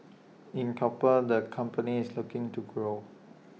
in copper the company is looking to grow